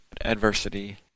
adversity